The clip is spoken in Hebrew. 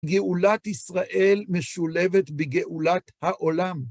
גאולת ישראל משולבת בגאולת העולם.